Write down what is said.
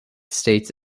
states